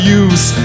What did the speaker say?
use